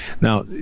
Now